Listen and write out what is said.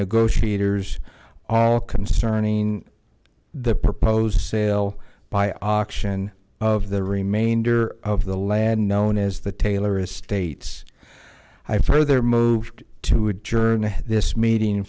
negotiators all concerning the proposed sale by auction of the remainder of the land known as the taylor estates i further moved to adjourn this meeting